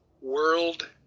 world